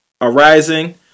arising